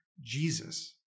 Jesus